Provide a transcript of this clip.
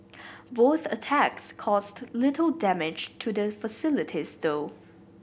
both attacks caused little damage to the facilities though